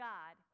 God